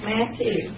Matthew